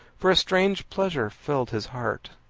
for a strange pleasure filled his heart.